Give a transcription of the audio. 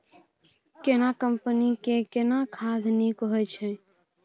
केना कंपनी के केना खाद नीक होय छै?